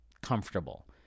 comfortable